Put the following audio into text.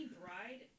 bride